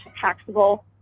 taxable